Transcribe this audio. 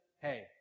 hey